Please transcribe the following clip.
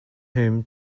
whom